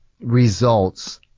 results